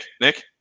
Nick